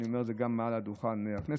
ואני אומר את זה גם מעל דוכן הכנסת,